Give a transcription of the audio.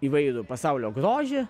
įvairų pasaulio grožį